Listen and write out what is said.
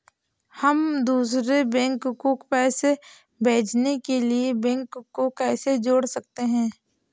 हम दूसरे बैंक को पैसे भेजने के लिए बैंक को कैसे जोड़ सकते हैं?